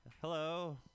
hello